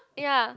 ya